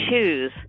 choose